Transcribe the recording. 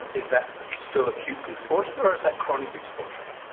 and is that ah still acute exposure or is that chronic exposure?